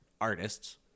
artists